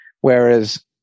Whereas